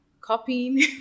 copying